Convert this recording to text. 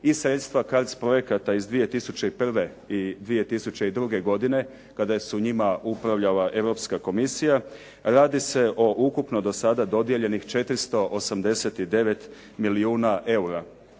i sredstva CARDS projekata iz 2001. i 2002. godine kada su njima upravljala Europska komisija radi se o ukupno do sada dodijeljenih 489 milijuna eura.